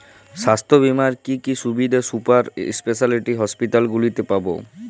স্বাস্থ্য বীমার কি কি সুবিধে সুপার স্পেশালিটি হাসপাতালগুলিতে পাব?